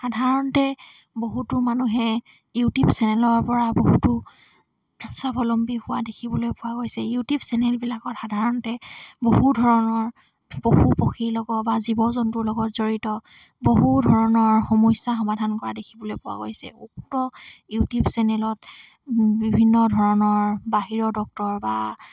সাধাৰণতে বহুতো মানুহে ইউটিউব চেনেলৰ পৰা বহুতো স্বাৱলম্বী হোৱা দেখিবলৈ পোৱা গৈছে ইউটিউব চেনেলবিলাকত সাধাৰণতে বহু ধৰণৰ পশু পক্ষীৰ লগত বা জীৱ জন্তুৰ লগত জড়িত বহু ধৰণৰ সমস্যা সমাধান কৰা দেখিবলৈ পোৱা গৈছে উক্ত ইউটিউব চেনেলত বিভিন্ন ধৰণৰ বাহিৰৰ ডক্তৰ বা